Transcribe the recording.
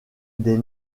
des